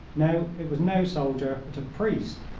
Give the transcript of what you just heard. no it was no soldier, but a priest.